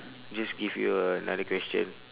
just give you another question